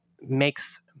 makes